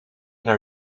naar